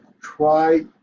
try